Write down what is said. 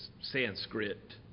Sanskrit